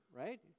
right